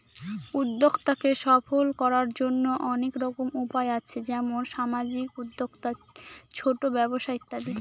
উদ্যক্তাকে সফল করার জন্য অনেক রকম উপায় আছে যেমন সামাজিক উদ্যোক্তা, ছোট ব্যবসা ইত্যাদি